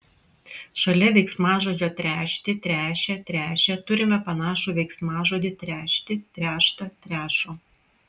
šalia veiksmažodžio tręšti tręšia tręšė turime panašų veiksmažodį trešti tręšta trešo